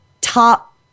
top